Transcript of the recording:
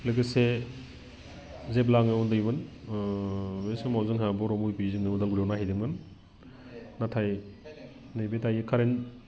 लोगोसे जेब्ला आङो उन्दैमोन बे समावनो जोंहा बर' मुभि जोंनि उदालगुरियाव नायहैदोंमोन नाथाय नैबे दायो कारेन्ट